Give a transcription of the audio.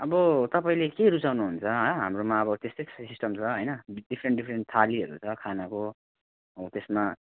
आबो तपाईँले के रुचाउनु हुन्छ हँ हाम्रोमा त्यस्तै त्यस्तै सिस्टम छ है डिफरेन्ट डिफरेन्ट थालीहरू छ खानाको हो त्यसमा